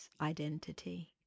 identity